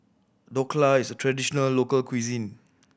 Dhokla is a traditional local cuisine